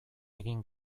egin